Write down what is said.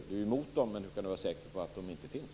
Hon är emot dem, men hur kan hon vara säker på att de inte uppstår?